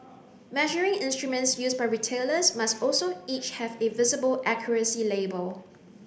measuring instruments used by retailers must also each have a visible accuracy label